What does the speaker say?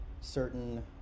certain